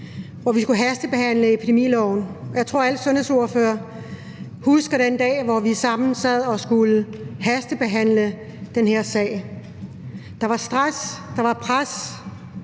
hvor vi skulle hastebehandle epidemiloven. Jeg tror, alle sundhedsordførere husker den dag, hvor vi sammen sad og skulle hastebehandle den her sag. Der var stress, der var pres,